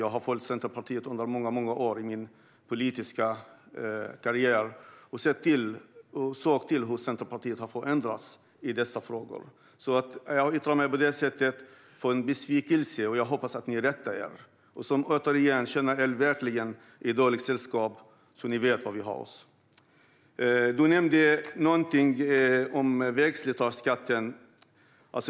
Jag har följt Centerpartiet under många år i min politiska karriär och har sett hur Centerpartiet har förändrats i dessa frågor. Jag yttrar mig alltså på det sättet på grund av besvikelse, och jag hoppas att ni rättar er. Återigen: Känner ni att ni är i dåligt sällskap vet ni var ni har oss. Du nämnde någonting om vägslitageskatten.